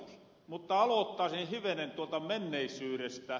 mutta aloottasin hivenen tuolta menneisyyrestä